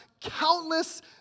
countless